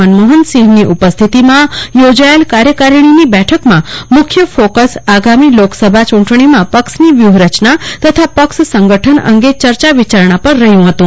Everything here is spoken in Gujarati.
મનમોહનસિંહની ઉપસ્થિતિમાં યોજાયેલ કાર્યકારીણી બેઠકમાં મુખ્ય ફોકસ આગામી લોકસભા ચૂંટણીમાં પક્ષની વ્યૂહરચના તથા પક્ષસંગઠન અંગે ચર્ચા વિચારણા પર રહ્યું હતું